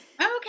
Okay